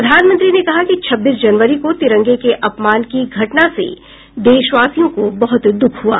प्रधानमंत्री ने कहा कि छब्बीस जनवरी को तिरंगे के अपमान की घटना से देशवासियों को बहुत दुख हुआ